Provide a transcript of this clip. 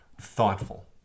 Thoughtful